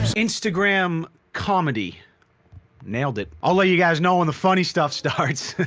instagram comedy nailed it. i'll let you guys know when the funny stuff starts